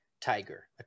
tiger